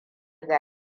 ga